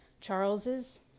Charles's